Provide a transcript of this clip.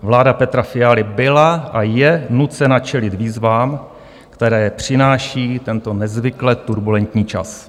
Vláda Petra Fialy byla a je nucena čelit výzvám, které přináší tento nezvykle turbulentní čas.